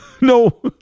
No